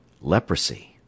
leprosy